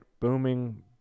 booming